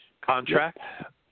Contract